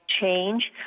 change